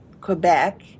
Quebec